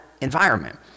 environment